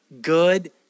good